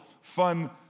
fun